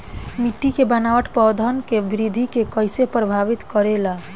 मिट्टी के बनावट पौधन के वृद्धि के कइसे प्रभावित करे ले?